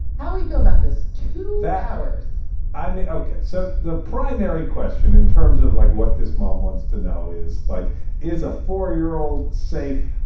how we feel about this. two hours i mean ok, so the primary question in terms of like what this mom wants to know is like is a four year old safe,